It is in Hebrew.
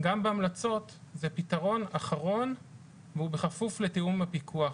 גם בהמלצות זה פתרון אחרון והוא בכפוף לתיאום הפיקוח.